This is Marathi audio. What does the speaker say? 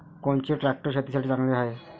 कोनचे ट्रॅक्टर शेतीसाठी चांगले हाये?